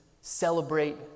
celebrate